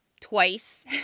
twice